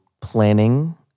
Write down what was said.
planning